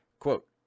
Quote